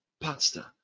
pasta